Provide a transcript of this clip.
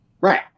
Right